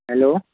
hello